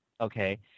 okay